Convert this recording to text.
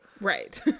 right